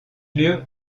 lieu